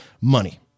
Money